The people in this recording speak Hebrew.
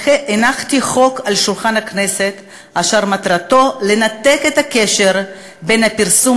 הנחתי על שולחן הכנסת חוק אשר מטרתו לנתק את הקשר בין הפרסום